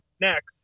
next